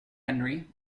henry